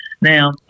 Now